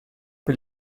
per